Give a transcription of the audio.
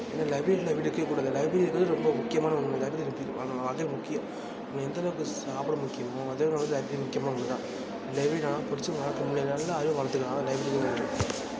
ஏன்னா லைப்ரரி இல்லா வீடு இருக்கவேக்கூடாது லைப்ரரிங்கிறது ரொம்ப முக்கியமான ஒன்று லைப்ரரி அதுதான் முக்கியம் நம்ம எந்த அளவுக்கு சாப்பாடு முக்கியமோ அதேமாதிரி லைப்ரரி முக்கியமான ஒன்று தான் லைப்ரரினால் படித்து நல்லா அறிவை வளர்த்துக்கலாம் அதுதான் லைப்ரரி